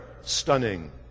stunning